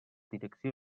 direcció